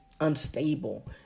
unstable